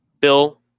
Bill